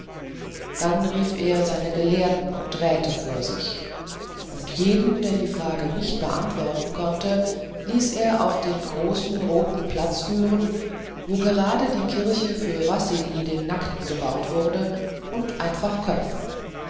da rief er seine gelehrten und räte vor sich und jeden der die fragen nicht beantworten konnte ließ er auf den großen roten platz führen wo gerade die kirche für wassilij den nackten gebaut wurde und einfach köpfen